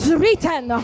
written